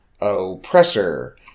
oppressor